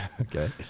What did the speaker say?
Okay